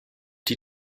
die